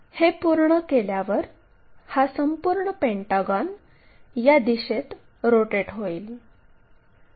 हे पूर्ण केल्यावर हा संपूर्ण पेंटागॉन या दिशेत रोटेट होईल